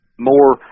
more